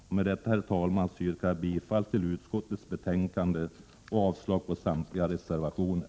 G Med detta, herr talman, yrkar jag bifall till utskottets hemställan och avslag på samtliga reservationer.